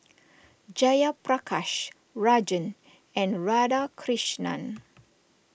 Jayaprakash Rajan and Radhakrishnan